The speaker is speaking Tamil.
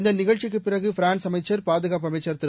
இந்த நிகழ்ச்சிக்குப் பிறகு ஃபிரான்ஸ் அமைச்சர் பாதுகாப்பு அமைச்சர் திரு